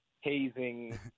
hazing